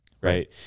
right